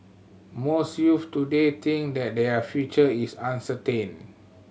most youths today think that their future is uncertain